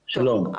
שלום.